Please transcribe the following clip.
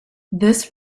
this